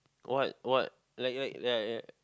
what what like like like like